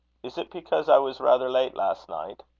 is it because i was rather late last night.